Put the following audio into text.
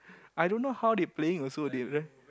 i don't know how they playing also they run